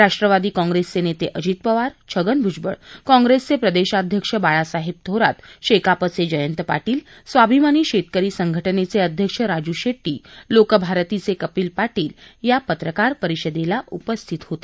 राष्ट्रवादी काँप्रेसचे नेते अजित पवार छगन भुजबळ काँप्रेसचे प्रदेशाध्यक्ष बाळासाहेब थोरात शेकापचे जयंत पाटील स्वाभिमानी शेतकरी संघटनेचे अध्यक्ष राजू शेट्टी लोकभारतीचे कपिल पाटील या पत्रकार परिषदेला उपस्थित होते